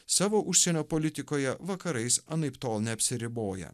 savo užsienio politikoje vakarais anaiptol neapsiriboja